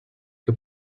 que